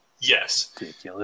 Yes